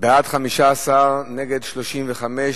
ברכה, חנא סוייד,